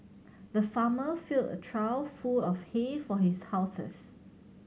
the farmer filled a trough full of hay for his houses